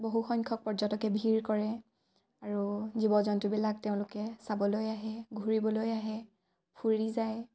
বহু সংখ্যক পৰ্যটকে ভিৰ কৰে আৰু জীৱ জন্তুবিলাক তেওঁলোকে চাবলৈ আহে ঘূৰিবলৈ আহে ফুৰি যায়